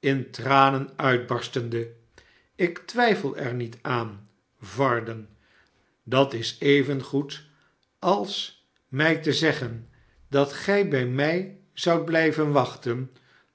in tranen uitbarstende ik twijfel er niet aan varden dat is evengoed als mij te zeggen dat gij bij mij zoudt blijven wachten